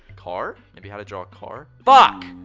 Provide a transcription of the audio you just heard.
car? maybe how to draw a car. fuck!